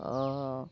ᱚ